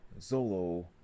Zolo